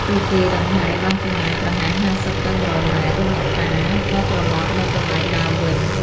ពួកគេដង្ហែបានចម្ងាយប្រហែល ៥០ ទៅ ១០០ ម៉ែត្រ រូបអ្នកតាក៏ត្រឡប់មកកន្លែងដើមវិញ។